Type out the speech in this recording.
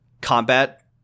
combat